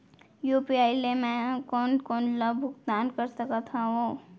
UPI ले मैं कोन कोन ला भुगतान कर सकत हओं?